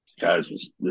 Guys